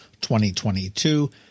2022